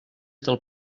del